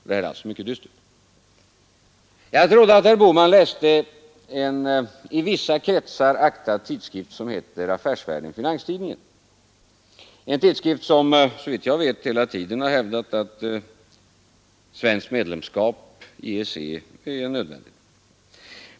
Det är alltså mycket dystert. Jag trodde att herr Bohman läste en i vissa kretsar aktad tidskrift som heter Affärsvärlden-Finanstidningen, en tidskrift som såvitt jag vet hela tiden har hävdat att svenskt medlemskap i F nödvändigt.